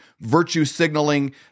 virtue-signaling